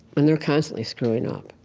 and they're constantly screwing up.